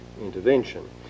intervention